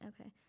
Okay